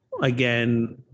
again